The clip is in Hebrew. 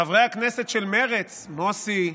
חברי הכנסת של מרצ, מוסי,